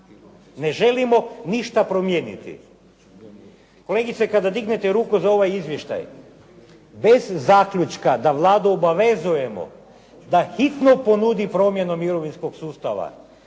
Ne želimo ništa promijeniti. Kolegice, kada dignete ruku za ovaj izvještaj bez zaključka da Vladu obavezujemo da hitno ponudi promjenu mirovinskog sustava